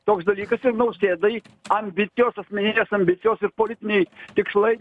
toks dalykas ir nausėdai ambicijos asmeninės ambicijos ir politiniai tikslai